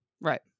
Right